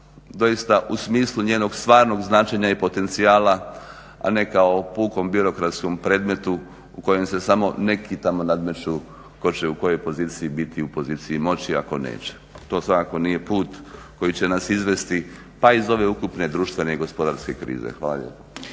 doista u smislu njenog stvarnog značenja i potencijala, a ne kao o pukom birokratskom predmetu u kojem se samo neki tamo nadmeću ko će u kojoj poziciji biti u poziciji moći, a tko neće. To svakako nije put koji će nas izvesti pa iz ove ukupne društvene i gospodarske krize. Hvala